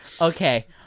Okay